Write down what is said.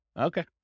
Okay